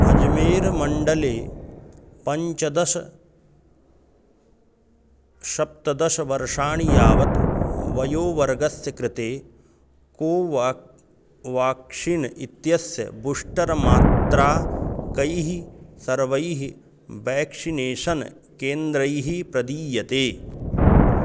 अजमीर् मण्डले पञ्चदश सप्तदश वर्षाणि यावत् वयोवर्गस्य कृते कोवाक् वाक्शीन् इत्यस्य बूस्टर् मात्रा कैः सर्वैः व्याक्सिनेषन् केन्द्रैः प्रदीयते